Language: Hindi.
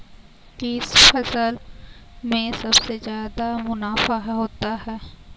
किस फसल में सबसे जादा मुनाफा होता है?